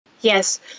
Yes